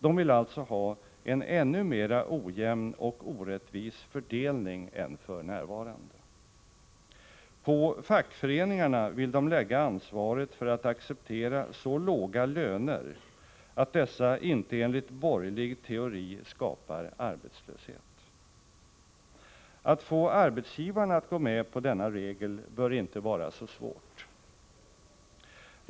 De vill alltså ha en ännu mera ojämn och orättvis fördelning än f.n. På fackföreningarna vill de lägga ansvaret för att acceptera så låga löner att dessa inte enligt borgerlig teori skapar arbetslöshet. Att få arbetsgivarna att gå med på denna regel bör inte vara så svårt.